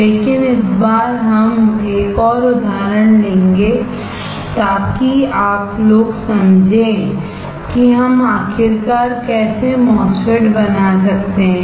लेकिन इस बार हम एक और उदाहरण लेंगे ताकि आप लोग समझें कि हम आखिरकार कैसे MOSFET बना सकते हैं